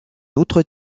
autre